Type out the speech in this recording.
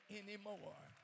anymore